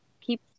keep